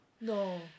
No